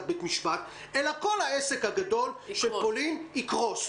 בית המשפט אלא כל העסק הגדול של מסעות לפולין יקרוס.